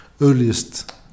earliest